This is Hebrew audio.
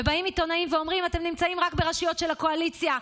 ובאים עיתונאים ואומרים: אתם נמצאים רק ברשויות של הקואליציה.